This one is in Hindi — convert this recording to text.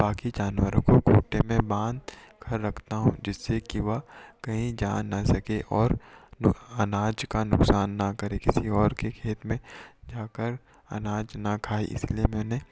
बाकी जानवरों को खूंटे में बांधकर रखता हूँ जिससे कि वह कहीं जा ना सके और अनाज का नुकसान ना करे किसी और के खेत में जाकर अनाज ना खाए इसलिए मैंने